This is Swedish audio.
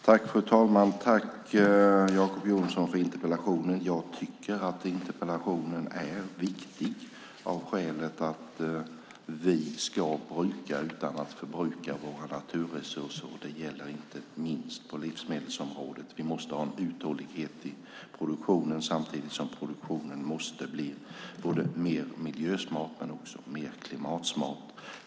Fru talman! Jag tackar Jacob Johnson för interpellationen. Jag tycker att den är viktig av det skälet att vi ska bruka utan att förbruka våra naturresurser. Det gäller inte minst på livsmedelsområdet. Vi måste ha en uthållighet i produktionen samtidigt som produktionen måste bli både mer miljösmart och mer klimatsmart.